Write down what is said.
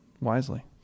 wisely